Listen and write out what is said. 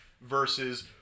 versus